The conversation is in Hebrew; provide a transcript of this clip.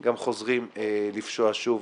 גם חוזרים לפשוע שוב